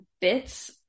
bits